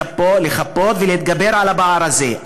לחפות ולהתגבר על הפער הזה,